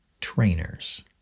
trainers